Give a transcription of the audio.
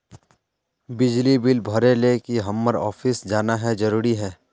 बिजली बिल भरे ले की हम्मर ऑफिस जाना है जरूरी है?